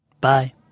Bye